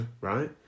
Right